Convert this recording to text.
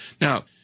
Now